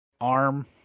arm